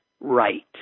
right